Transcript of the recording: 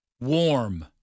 warm